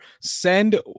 Send